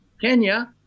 Kenya